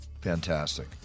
Fantastic